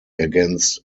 against